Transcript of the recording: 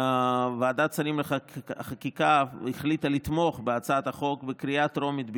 ועדת שרים לחקיקה החליטה לתמוך בהצעת החוק בקריאה הטרומית בלבד,